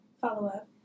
follow-up